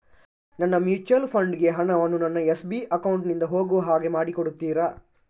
ನನ್ನ mutual fund ಗೆ ಹಣ ವನ್ನು ನನ್ನ ಎಸ್.ಬಿ ಅಕೌಂಟ್ ನಿಂದ ಹೋಗು ಹಾಗೆ ಮಾಡಿಕೊಡುತ್ತೀರಾ?